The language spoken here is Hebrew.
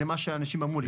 זה מה שאנשים אמרו לי.